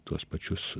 tuos pačius